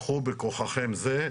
לכו בכוחם זה,